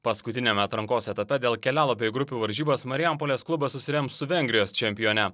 paskutiniame atrankos etape dėl kelialapio į grupių varžybas marijampolės klubas susirems su vengrijos čempione